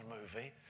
movie